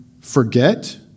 forget